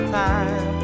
time